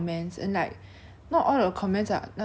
you nee~ your mental strength needs to be very like